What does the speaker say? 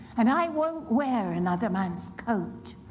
and i won't wear another man's coat.